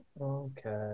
okay